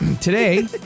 today